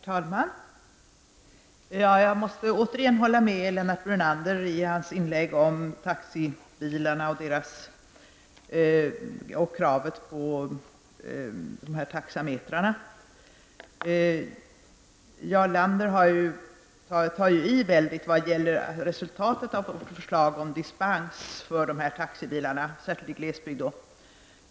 Herr talman! Jag måste återigen hålla med Lennart Brunander beträffande taxibilarna och kravet på dessa taxametrar. Jarl Lander tar i väldigt vad gäller resultatet av förslaget om dispens för dessa taxibilar, särskilt i glesbygd.